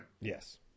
Yes